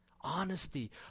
Honesty